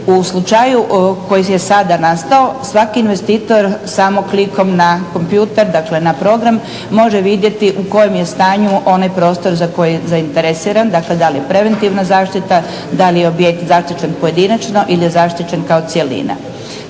U slučaju koji je sada nastao svaki investitor samo klikom na kompjuter, dakle na program može vidjeti u kojem je stanju onaj prostor za koji je zainteresiran. Dakle, da li je preventivna zaštita, da li je objekt zaštićen pojedinačno ili je zaštićen kao cjelina.